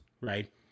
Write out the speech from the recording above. right